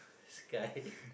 sky